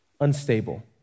Unstable